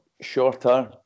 shorter